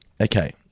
okay